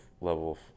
level